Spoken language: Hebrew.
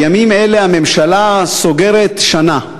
בימים אלה הממשלה סוגרת שנה,